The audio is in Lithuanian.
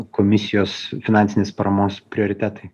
komisijos finansinės paramos prioritetai